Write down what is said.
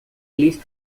least